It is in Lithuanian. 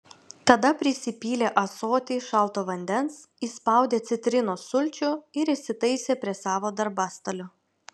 tada prisipylė ąsotį šalto vandens įspaudė citrinos sulčių ir įsitaisė prie savo darbastalio